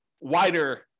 wider